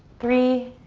three,